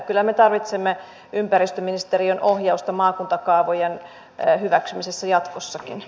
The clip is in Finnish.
kyllä me tarvitsemme ympäristöministeriön ohjausta maakuntakaavojen hyväksymisessä jatkossakin